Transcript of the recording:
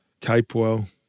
Capewell